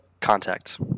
contact